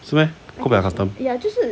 是 meh not like last time